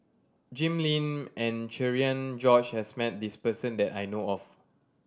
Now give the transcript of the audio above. Jim Lim and Cherian George has met this person that I know of